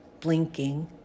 blinking